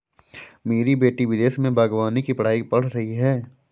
मेरी बेटी विदेश में बागवानी की पढ़ाई पढ़ रही है